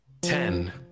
Ten